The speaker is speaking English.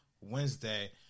Wednesday